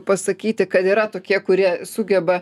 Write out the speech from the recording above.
pasakyti kad yra tokie kurie sugeba